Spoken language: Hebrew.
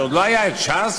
כשעוד לא הייתה ש"ס,